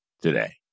today